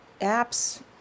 apps